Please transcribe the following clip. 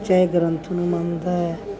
ਚਾਹੇ ਗ੍ਰੰਥ ਨੂੰ ਮੰਨਦਾ ਹੈ